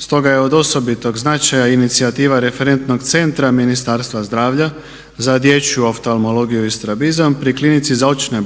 stoga je od osobitog značaja inicijativa referentnog centra Ministarstva zdravlja za dječju oftalmologiju i strabizam pri klinici za očne